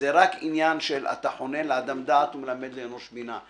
זה רק עניין של אתה חונן לאדם דעת ומלמד לאנוש בינה.